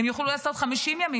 הם יוכלו לעשות 50 ימים.